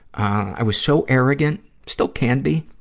i was so arrogant, still can be.